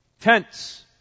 Tents